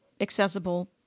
accessible